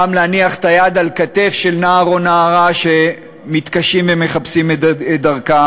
פעם להניח את היד על כתף של נער או נערה שמתקשים ומחפשים את דרכם,